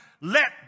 let